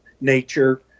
nature